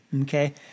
Okay